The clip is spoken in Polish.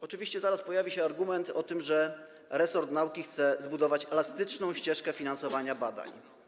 Oczywiście zaraz pojawi się argument, że resort nauki chce zbudować elastyczną ścieżkę finansowania badań.